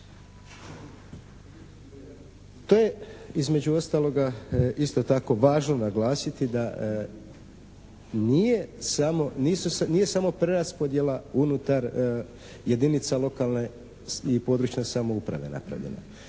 To je između ostaloga isto tako važno naglasiti da nije samo, nije samo preraspodjela unutar jedinica lokalne i područne samouprave napravljena